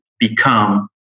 become